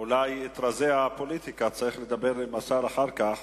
אולי רזי הפוליטיקה, צריך לדבר עם השר אחר כך